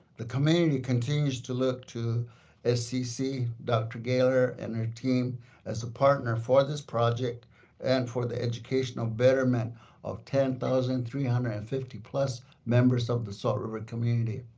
the community continues to look to scc, dr. gehler and her team as a partner for this project and for the educational betterment of ten thousand three hundred and fifty plus members of the salt river community.